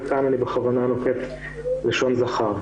וכאן בכוונה אני נוקט לשון זכר.